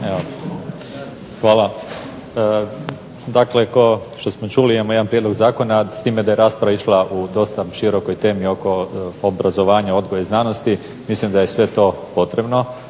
Hvala. Dakle kao što smo čuli imamo jedan prijedlog zakona, s time da je rasprava išla u dosta širokoj temi oko obrazovanja, odgoja i znanosti. Mislim da je sve to potrebno,